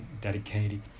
dedicated